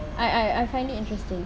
I I I find it interesting